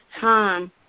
time